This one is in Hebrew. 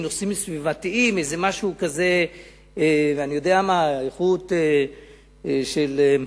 בנושאים סביבתיים, עם איזה משהו כזה, איכות של,